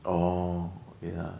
oh okay lah